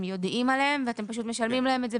יודעים עליהם ואתם פשוט משלמים להם את זה